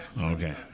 Okay